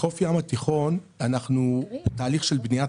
בחוף הים התיכון אנחנו בתהליך של בניית